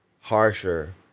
harsher